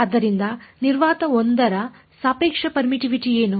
ಆದ್ದರಿಂದ ನಿರ್ವಾತ 1 ರ ಸಾಪೇಕ್ಷ ಪೇರ್ಮಿಟ್ಟಿವಿಟಿ ಏನು